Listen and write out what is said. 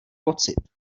pocit